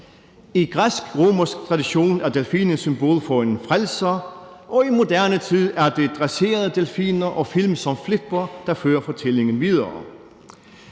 I græsk-romersk tradition er delfinen symbol på en frelser, og i moderne tid er det dresserede delfiner og film som Flipper, der fører fortællingen videre.